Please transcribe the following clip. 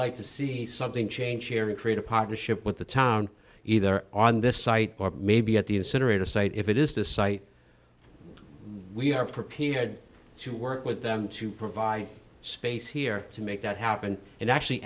like to see something change here and create a partnership with the town either on this site or maybe at the incinerator site if it is the site we are prepared to work with them to provide space here to make that happen and actually